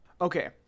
Okay